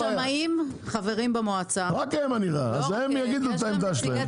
השמאים חברים במועצה ויש גם נציגי